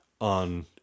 on